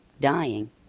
dying